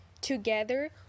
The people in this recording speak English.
Together